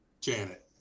Janet